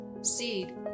seed